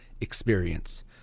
Experience